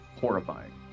horrifying